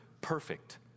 perfect